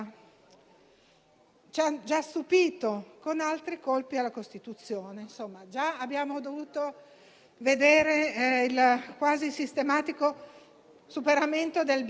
che dovrebbe esserci un equilibrio sancito dalla Costituzione, che parla appunto di un equilibrio che deve essere sempre mantenuto